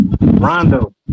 Rondo